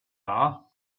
are